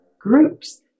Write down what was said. groups